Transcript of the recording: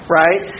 right